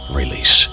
release